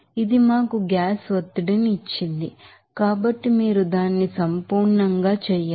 ఇది మాకు గ్యాస్ ఒత్తిడిని ఇచ్చింది కాబట్టి మీరు దానిని సంపూర్ణంగా చేయాలి